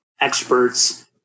experts